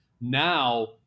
Now